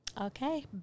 Okay